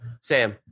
Sam